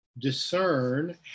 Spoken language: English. discern